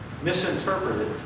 misinterpreted